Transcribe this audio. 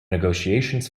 negotiations